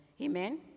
Amen